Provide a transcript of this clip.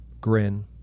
GRIN